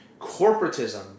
corporatism